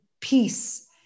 peace